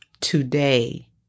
today